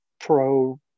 pro